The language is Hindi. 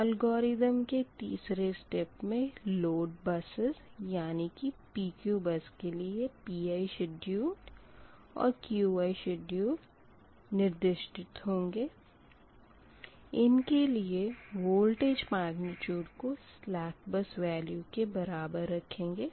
अलगोरिदम के तीसरे स्टेप में लोड बसेस यानी कि PQ बस के लिए Pi शिड्यूल और Qi शिड्यूल निर्दिष्टित होंगे इनके लिए वोल्टेज मेग्निट्यूड को सलेक बस वेल्यू के बराबर रखेंगे